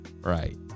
right